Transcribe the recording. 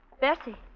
Bessie